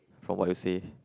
from what you say